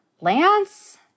Lance